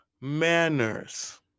manners